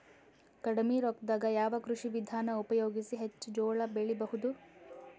ಕಡಿಮಿ ರೊಕ್ಕದಾಗ ಯಾವ ಕೃಷಿ ವಿಧಾನ ಉಪಯೋಗಿಸಿ ಹೆಚ್ಚ ಜೋಳ ಬೆಳಿ ಬಹುದ?